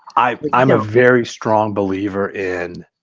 i mean i'm a very strong believer in